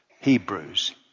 Hebrews